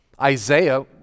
Isaiah